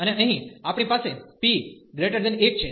અને અહીં આપણી પાસે p 1 છે